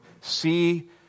see